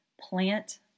plant